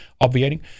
obviating